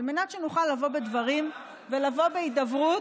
מנת שנוכל לבוא בדברים ולבוא בהידברות,